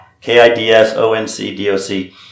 K-I-D-S-O-N-C-D-O-C